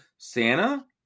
Santa